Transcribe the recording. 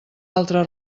altre